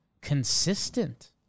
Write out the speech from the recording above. consistent